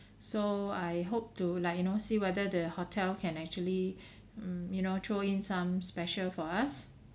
so I hope to like you know see whether the hotel can actually mm you know throw in some special for us